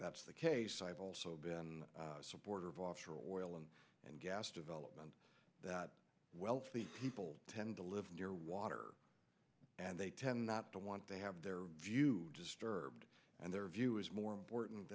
that's the case i have also been a supporter of offshore oil and gas development that wealthy people tend to live near water and they tend not to want to have their view disturbed and their view is more important